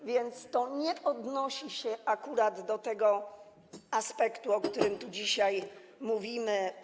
A więc to nie odnosi się akurat do tego aspektu, o którym tu dzisiaj mówimy.